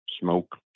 smoke